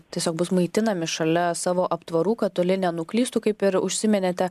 tiesiog bus maitinami šalia savo aptvarų kad toli nenuklystų kaip ir užsiminėte